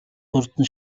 хурдан